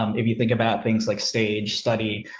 um if you think about things like stage study,